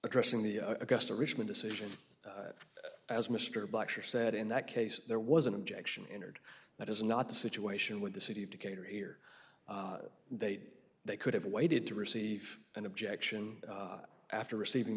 addressing the augusta richmond decision as mr boxer said in that case there was an objection entered that is not the situation with the city of decatur here they did they could have waited to receive an objection after receiving